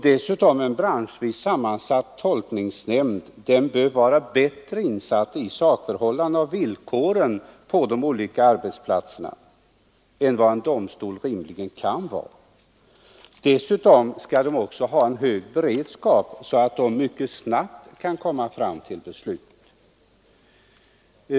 Dessutom bör en branschvis sammansatt tolkningsnämnd vara bättre informerad om sakförhållandena och villkoren på de olika arbetsplatserna än vad en domstol rimligen kan vara. En nämnd skulle även ha en hög beredskap så att den snabbt kan komma fram till ett beslut.